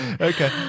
Okay